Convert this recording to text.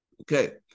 Okay